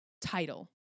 title